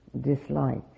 Dislike